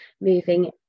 moving